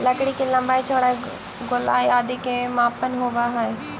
लकड़ी के लम्बाई, चौड़ाई, गोलाई आदि के मापन होवऽ हइ